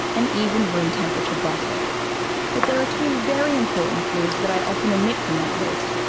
and even room temperature butter but there are two very important fluids that i often omit from that list,